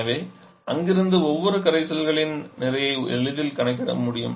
எனவே அங்கிருந்து ஒவ்வொரு கரைசல்களின் நிறையை எளிதில் கணக்கிட முடியும்